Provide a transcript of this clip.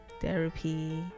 therapy